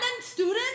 student